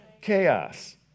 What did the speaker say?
Chaos